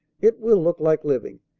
it will look like living.